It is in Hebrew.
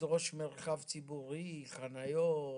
לדרוש מרחב ציבורי, חניות,